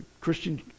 Christian